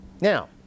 Now